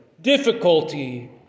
difficulty